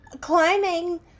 climbing